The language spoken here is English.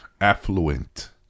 Affluent